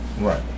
right